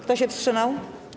Kto się wstrzymał?